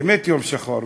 באמת יום שחור,